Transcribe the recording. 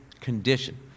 condition